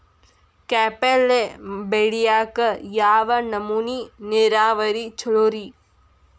ಕಾಯಿಪಲ್ಯ ಬೆಳಿಯಾಕ ಯಾವ್ ನಮೂನಿ ನೇರಾವರಿ ಛಲೋ ರಿ?